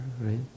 right